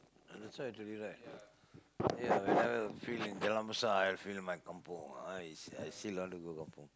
that's why I told you right whenever feel in Jalan-Besar I have feel in my kampung I I still want to go kampung